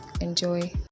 enjoy